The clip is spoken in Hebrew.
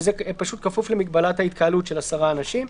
וזה כפוף למגבלת ההתקהלות של עשרה אנשים.